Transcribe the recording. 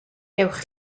gewch